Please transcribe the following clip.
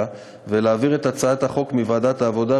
ולהעביר את הצעת החוק מוועדת העבודה,